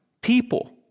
people